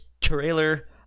trailer